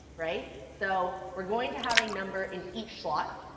right? so we're going to have a number in each slot.